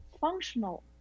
functional